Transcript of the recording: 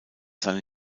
seine